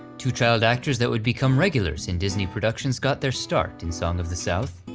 two child actors that would become regulars in disney productions got their start in song of the south.